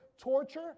torture